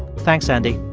thanks, andy